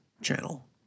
channel